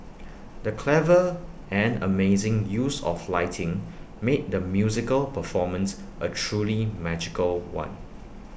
the clever and amazing use of lighting made the musical performance A truly magical one